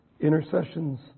intercessions